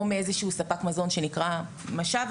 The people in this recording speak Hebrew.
או מאיזשהו ספק מזון שנקרא משאב,